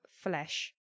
flesh